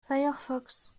firefox